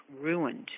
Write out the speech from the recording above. ruined